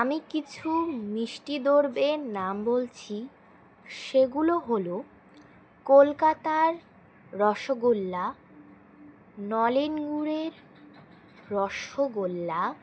আমি কিছু মিষ্টি দ্রব্যের নাম বলছি সেগুলো হলো কলকাতার রসগোল্লা নলেনগুড়ের রসগোল্লা